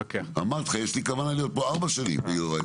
אמרתי לך, יש לי כוונה להיות פה ארבע שנים, יוראי,